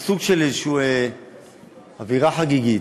מתפקיד לתפקיד, זה סוג של איזו אווירה חגיגית.